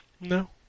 No